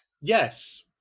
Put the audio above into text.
Yes